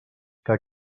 que